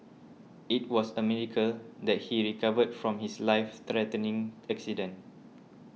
it was a miracle that he recovered from his life threatening accident